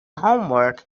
homework